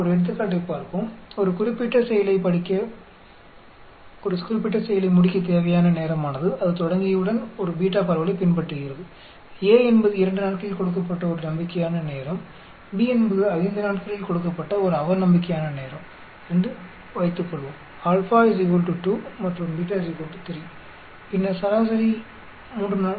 நாம் ஒரு எடுத்துக்காட்டைப் பார்ப்போம் ஒரு குறிப்பிட்ட செயலை முடிக்க தேவையான நேரமானது அது தொடங்கியவுடன் ஒரு பீட்டா பரவலைப் பின்பற்றுகிறது A என்பது 2 நாட்களில் கொடுக்கப்பட்ட ஒரு நம்பிக்கையான நேரம் B என்பது 5 நாட்களில் கொடுக்கப்பட்ட ஒரு அவநம்பிக்கையான நேரம் என்று வைத்துக்கொள்வோம் α 2 மற்றும் β 3 பின்னர் சராசரி 3